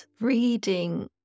reading